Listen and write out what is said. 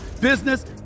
business